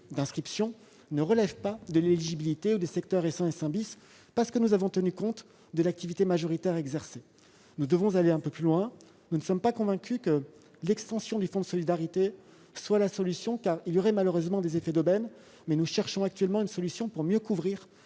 d'inscription ne relève pas de l'éligibilité ou des secteurs S1 et S1 , parce que nous avons tenu compte de l'activité majoritaire exercée. Si nous devons aller un peu plus loin, nous ne sommes pas convaincus que l'extension du fonds de solidarité soit la solution : cela provoquerait malheureusement des effets d'aubaine. Nous cherchons actuellement une solution pour mieux couvrir